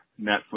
Netflix